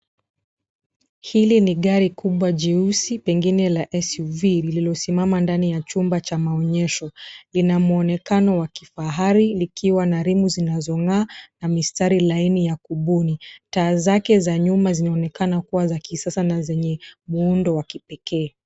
Hili ni gari kubwa jeusi pengine la SUV, lililosimama ndani ya chumba cha maonyesho. Lina muonekano wa kifahari likiwa na rimu zinazong'aa na mistari laini ya kubuni. Taa zake za nyuma zinaonekana kua za kisasa na zenye muundo wa kipekee.